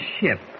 ship